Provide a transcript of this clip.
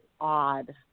odd